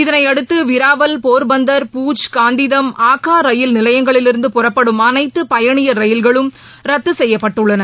இதனையடுத்து விராவல் போர்பந்தர் பூஜ் காந்திதம் ஆக்கா ரயில்நிலையங்களிலிருந்து புறப்படும் அனைத்து பயணியர் ரயில்களும் ரத்து செய்யப்பட்டுள்ளன